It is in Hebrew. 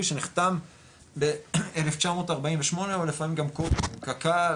שנחתם ב-1948 או לפעמים גם קודם עם קק"ל